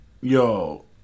Yo